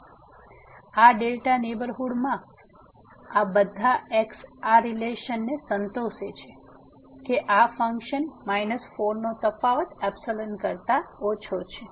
તેથી આ નેહબરહુડમાં આ બધા x આ રીલેશનને સંતોષે છે કે આ ફન્કશન માઇનસ 4 નો તફાવત ϵ કરતા ઓછો છે